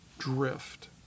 drift